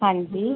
ਹਾਂਜੀ